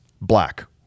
black